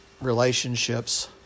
relationships